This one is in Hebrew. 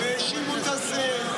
והאשימו את השמאל,